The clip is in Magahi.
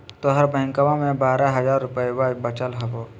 तोहर बैंकवा मे बारह हज़ार रूपयवा वचल हवब